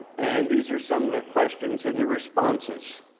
and these are some of the questions and the responses,